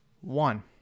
One